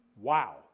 wow